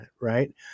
right